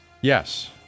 Yes